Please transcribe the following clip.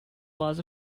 laws